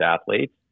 athletes